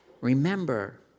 remember